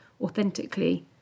authentically